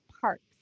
parks